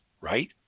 right